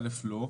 א' לא,